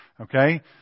okay